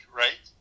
right